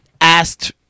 asked